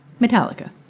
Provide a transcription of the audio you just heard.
Metallica